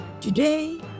Today